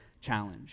challenge